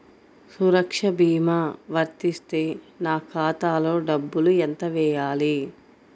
సురక్ష భీమా వర్తిస్తే నా ఖాతాలో డబ్బులు ఎంత వేయాలి?